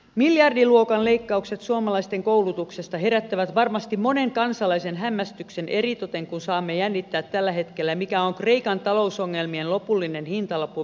miljardiluokan leikkaukset suomalaisten koulutuksesta herättävät varmasti monen kansalaisen hämmästyksen eritoten kun saamme jännittää tällä hetkellä mikä on kreikan talousongelmien lopullinen hintalappu veronmaksajillemme